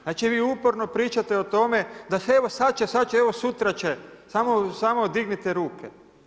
Znači vi uporno pričate o tome, da evo, sad će, sad će, evo sutra će, samo dignite ruke.